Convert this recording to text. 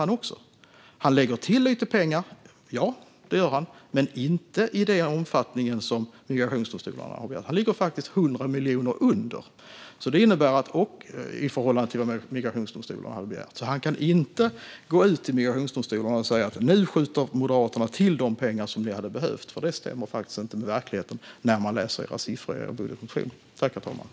Han lägger visserligen till lite pengar, men inte i den omfattning som migrationsdomstolarna har begärt. Han ligger faktiskt 100 miljoner under det som de har begärt. Detta innebär att han inte kan gå till migrationsdomstolarna och säga att Moderaterna nu skjuter till de pengar som de hade behövt. Det stämmer inte med verkligheten, vilket man ser när man läser siffrorna i Moderaternas budgetmotion.